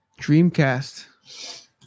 Dreamcast